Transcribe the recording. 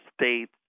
States